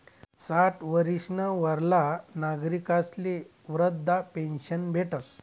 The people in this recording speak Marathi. साठ वरीसना वरला नागरिकस्ले वृदधा पेन्शन भेटस